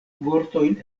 vortojn